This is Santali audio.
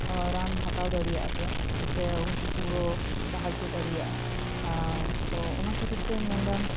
ᱨᱟᱱ ᱦᱟᱛᱟᱣ ᱫᱟᱲᱮᱭᱟᱜᱼᱟ ᱯᱮ ᱥᱮ ᱩᱱᱠᱩ ᱠᱚ ᱥᱟᱦᱟᱡᱡᱳ ᱫᱟᱲᱮᱭᱟᱜᱼᱟ ᱟᱨ ᱛᱚ ᱚᱱᱟ ᱠᱷᱟᱹᱛᱤᱨ ᱛᱮᱧ ᱢᱮᱱ ᱮᱫᱟ